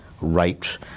right